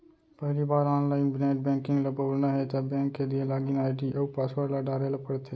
पहिली बार online net banking ल बउरना हे त बेंक के दिये लॉगिन आईडी अउ पासवर्ड ल डारे ल परथे